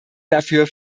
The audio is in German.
dafür